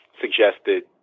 suggested